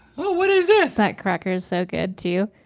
what is this? that cracker is so good too.